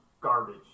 garbage